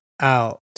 out